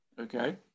okay